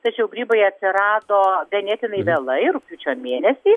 tačiau grybai atsirado ganėtinai vėlai rugpjūčio mėnesį